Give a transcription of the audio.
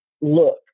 look